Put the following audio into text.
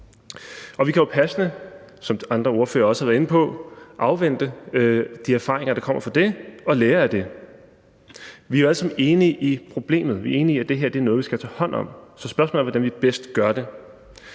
vi kan jo passende, hvad andre ordførere også har været inde på, afvente de erfaringer, der kommer fra det, og lære af det. Vi er jo alle sammen enige om problemet. Vi er enige om, at det her er noget, vi skal tage hånd om. Spørgsmålet er, hvordan vi bedst gør det.